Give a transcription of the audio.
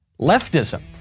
Leftism